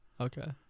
Okay